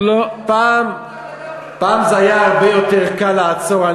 פעם זה היה הרבה יותר קל לעצור.